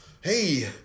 hey